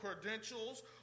credentials